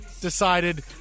decided